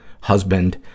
Husband